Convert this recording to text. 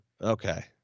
Okay